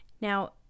Now